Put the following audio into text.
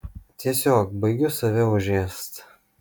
tiesiog baigiu save užėst